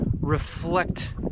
reflect